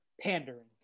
Pandering